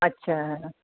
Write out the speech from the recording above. अछा